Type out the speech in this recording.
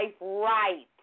right